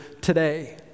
today